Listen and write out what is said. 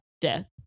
death